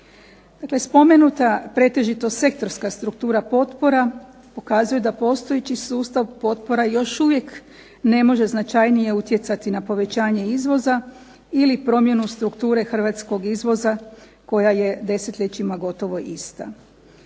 spomenuta pretežito sektorska struktura potpora pokazuje da postojeći sustav potpora još uvijek ne može značajnije utjecati na povećanje izvoza ili promjenu strukture hrvatskog izvoza koja je desetljećima gotovo ista.